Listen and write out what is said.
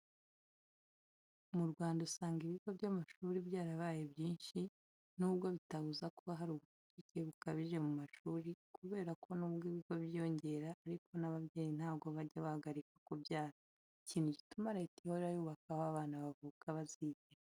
Mu Rwanda usanga ibigo by'amashuri byarabaye byinshi, nubwo bitabuza kuba hari ubucucike bukabije mu mashuri, kubera ko nubwo ibigo byiyongera ariko n'ababyeyi ntabwo bajya bahagarika kubyara, ikintu gituma Leta ihora yubaka aho abo bana bavuka bazigira.